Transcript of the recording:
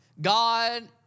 God